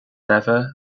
leather